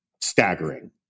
staggering